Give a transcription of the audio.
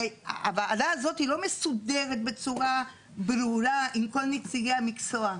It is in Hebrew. הרי הוועדה הזאת לא מסודרת בצורה ברורה עם כל נציגי המקצוע.